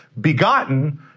Begotten